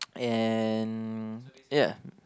and ya